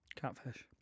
catfish